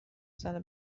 سال